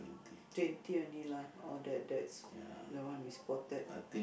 twenty only lah all that that's the one we spotted